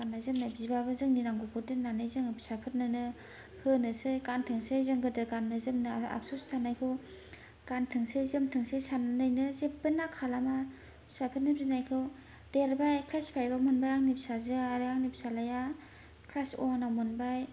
गाननाय जोमनाय बिबाबो जोंनि नांगौखौ दोननानै फिसाफोरनो होनोसै गोनथोंसै जों गोदो गाननो जोमनो आबसुस थानायखौ गानथोंसै जोमथोंसै साननानैनो जेबो ना खालामा फिसाफोरनि बिनायखौ देरबाय फाइभाव मोनबाय फिसाजोया आरो आंनि फिसाला क्लास वानाव मोनबाय